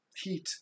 heat